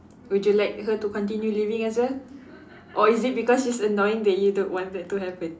would you like her to continue living as well or is it because she's annoying that you don't want that to happen